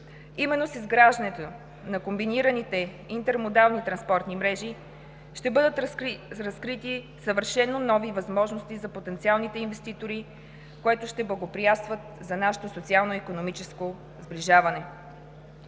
Именно с изграждането на комбинираните интермодални транспортни мрежи ще бъдат разкрити съвършено нови възможности за потенциалните инвеститори, което ще благоприятства за нашето социално-икономическо сближаване.